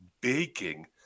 baking